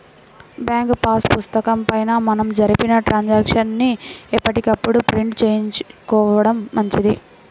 bank pass పుస్తకం పైన మనం జరిపిన ట్రాన్సాక్షన్స్ ని ఎప్పటికప్పుడు ప్రింట్ చేయించుకోడం మంచిది